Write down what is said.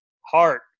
heart